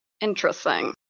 interesting